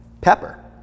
Pepper